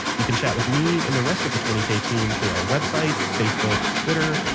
you can chat with me, and the rest of the twenty k team through our website, facebook, twitter,